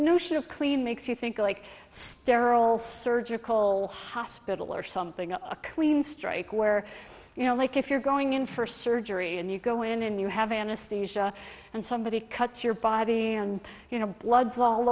notion of clean makes you think like sterile surgical hospital or something of a clean strike where you know like if you're going in for surgery and you go in and you have anesthesia and somebody cuts your body and you know blood all